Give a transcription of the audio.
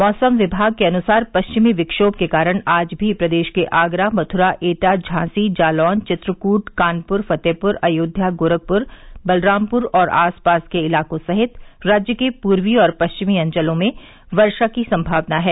मौसम विमाग के अनुसार पश्चिमी विक्षोम के कारण आज भी प्रदेश के आगरा मथुरा एटा झांसी जालौन चित्रकूट कानपुर फतेहपुर अयोध्या गोरखपुर बलरामपुर और आस पास के इलाकों सहित राज्य के पूर्वी और पश्चिमी अंचलों में वर्षा की संभावना है